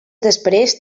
després